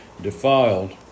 defiled